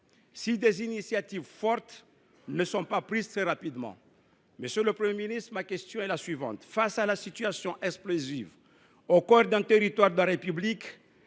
si des initiatives fortes ne sont pas prises très rapidement. Monsieur le Premier ministre, face à cette situation explosive au cœur d’un territoire de la République,